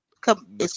Come